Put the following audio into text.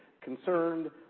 concerned